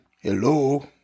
Hello